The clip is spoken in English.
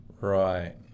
Right